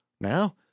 Now